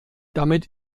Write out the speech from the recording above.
damit